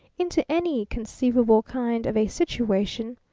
into any conceivable kind of a situation,